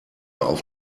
auf